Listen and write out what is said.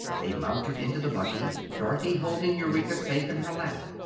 they mounted into the buggy, dorothy holding eureka safe in her lap.